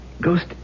ghost